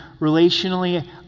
relationally